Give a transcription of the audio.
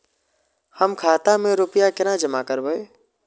हम खाता में रूपया केना जमा करबे?